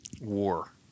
war